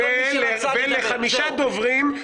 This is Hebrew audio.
לכל מי שרצה --- ולחמישה דוברים,